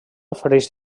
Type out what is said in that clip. ofereix